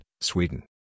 Sweden